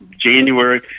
January